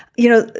you know,